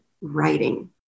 writing